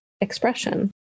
expression